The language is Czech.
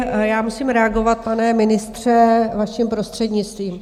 Já musím reagovat, pane ministře, vaším prostřednictvím.